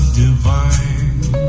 divine